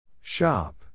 Shop